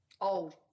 old